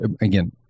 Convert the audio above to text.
again